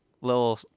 little